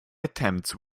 attempts